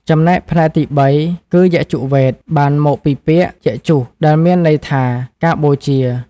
ចំណែកផ្នែកទី៣គឺ យជុវ៌េទ បានមកពីពាក្យ យជុស ដែលមានន័យថា ការបូជា។